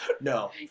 No